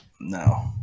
no